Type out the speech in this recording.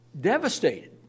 devastated